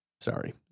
Sorry